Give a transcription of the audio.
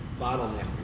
Bottleneck